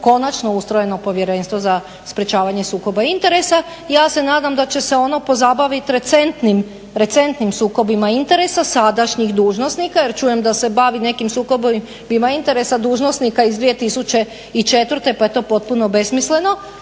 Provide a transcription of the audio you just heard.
konačno ustrojeno Povjerenstvo za sprječavanje sukoba interesa. Ja se nadam da će se ono pozabaviti recentnim sukobima interesa sadašnjih dužnosnika jer čujem da se bavi nekim sukobima interesa dužnosnika iz 2004. pa je to potpuno besmisleno.